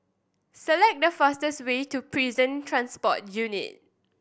select the fastest way to Prison Transport Unit